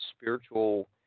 spiritual